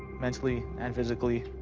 mentally and physically.